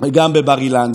וגם בבר-אילן.